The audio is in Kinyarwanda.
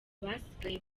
basigaye